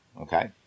Okay